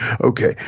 Okay